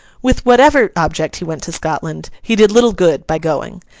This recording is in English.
with whatever object he went to scotland, he did little good by going.